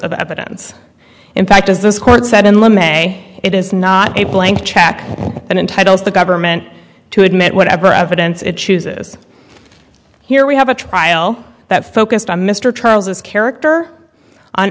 of evidence in fact is this court said and let me say it is not a blank check and in titles the government to admit whatever evidence it chooses here we have a trial that focused on mr charles's character on